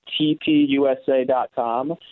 tpusa.com